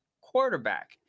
quarterback